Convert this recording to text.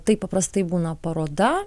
tai paprastai būna paroda